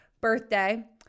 birthday